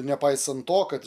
nepaisant to kad